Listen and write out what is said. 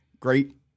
Great